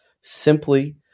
simply